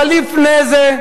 אבל לפני זה,